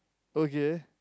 okay